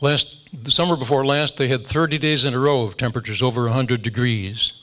the summer before last they had thirty days in a row of temperatures over one hundred degrees